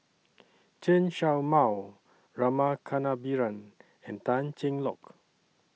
Chen Show Mao Rama Kannabiran and Tan Cheng Lock